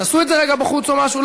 תעשו את זה רגע בחוץ או משהו.